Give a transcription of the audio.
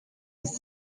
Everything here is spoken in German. dass